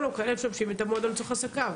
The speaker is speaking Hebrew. או כאלה המשמשים את המועדון לצורך עסקם.